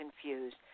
confused